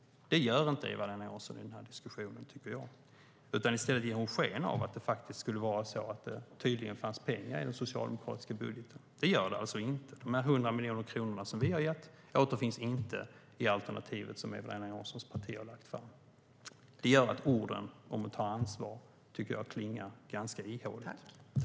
Det gör inte Eva-Lena Jansson i den här diskussionen, tycker jag, utan i stället ger hon sken av att det finns pengar i den socialdemokratiska budgeten. Det gör det alltså inte. De 100 miljoner kronor som vi har i budgeten återfinns inte i alternativet som Eva-Lena Janssons parti har lagt fram. Det gör att orden om att ta ansvar klingar ganska ihåligt.